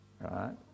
right